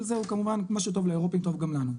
זה הוא כמובן מה שטוב לאירופים טוב גם לנו.